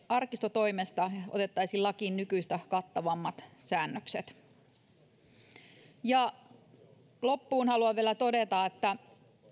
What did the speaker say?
arkistotoimesta otettaisiin lakiin nykyistä kattavammat säännökset loppuun haluan vielä todeta että